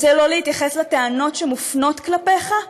רוצה לא להתייחס לטענות שמופנות כלפיך?